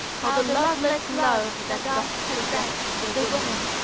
how the loveless love that doth possess the woman,